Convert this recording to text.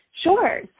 Sure